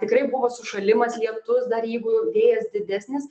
tikrai buvo sušalimas lietus dar jeigu vėjas didesnis